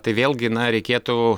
tai vėlgi na reikėtų